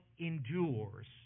endures